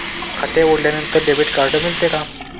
खाते उघडल्यानंतर debit card मिळते का?